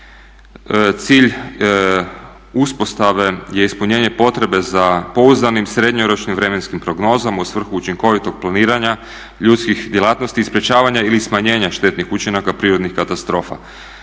Cilj uspostave je ispunjenje potrebe za pouzdanim srednjoročnim vremenskim prognozama u svrhu učinkovitog planiranja ljudskih djelatnosti i sprječavanja ili smanjenja štetnih učinaka prirodnih katastrofa.